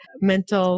mental